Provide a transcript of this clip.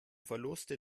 verluste